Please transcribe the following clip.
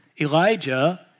Elijah